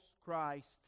Christ